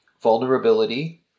vulnerability